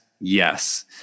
yes